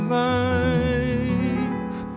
life